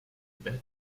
bad